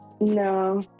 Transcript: No